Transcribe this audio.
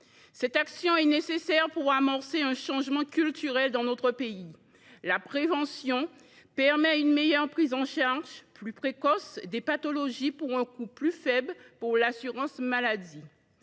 Cette action est nécessaire pour enclencher un changement culturel dans notre pays. La prévention permet une meilleure prise en charge, plus précoce, des pathologies pour un coût plus faible pour l’assurance maladie.